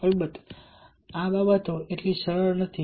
અલબત્ત આ બાબતો એટલી સરળ નથી